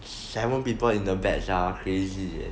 seven people in the batch are crazy